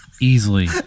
Easily